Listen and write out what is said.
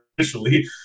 initially